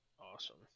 awesome